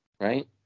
right